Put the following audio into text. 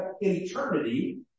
eternity